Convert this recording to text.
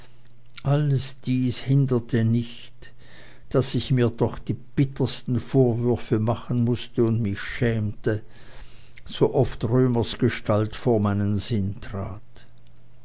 alles dies hinderte nicht daß ich mir doch die bittersten vorwürfe machen mußte und mich schämte sooft römers gestalt vor meinen sinn trat